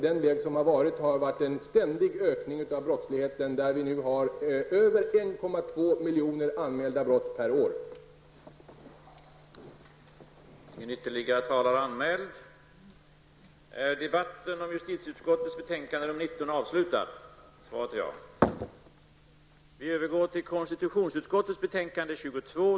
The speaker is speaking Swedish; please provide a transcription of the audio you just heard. Det har nämligen varit fråga om en kraftig ökning av brottsligheten sedan socialdemokraterna kom till makten 1982.